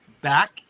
back